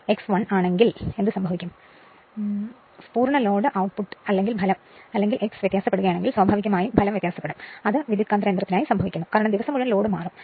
x 1 ആണെങ്കിൽ full load ഉത്പാദനം അല്ലെങ്കിൽ x വ്യത്യാസപ്പെടുകയാണെങ്കിൽ സ്വാഭാവികമായും ഉത്പാദനം വ്യത്യാസപ്പെടും അത് ട്രാൻസ്ഫോർമറിൽ സംഭവിക്കുന്നു എന്ത് കൊണ്ടെന്നാൽ ദിവസം മുഴുവൻ ലോഡ് വ്യത്യാസപ്പെടുന്നു